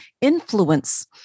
influence